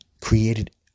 Created